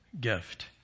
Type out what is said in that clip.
gift